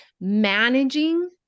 managing